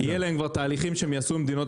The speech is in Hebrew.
יהיו להם תהליכים שהם יעשו עם מדינות